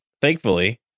thankfully